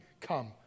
come